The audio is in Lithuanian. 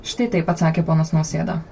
štai taip atsakė ponas nausėda